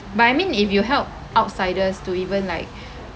but I mean if you help outsiders to even like